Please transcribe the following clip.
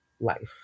life